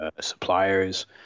suppliers